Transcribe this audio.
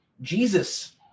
Jesus